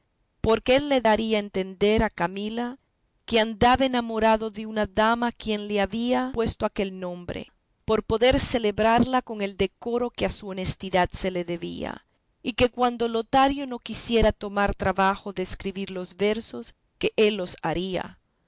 porque él le daría a entender a camila que andaba enamorado de una dama a quien le había puesto aquel nombre por poder celebrarla con el decoro que a su honestidad se le debía y que cuando lotario no quisiera tomar trabajo de escribir los versos que él los haría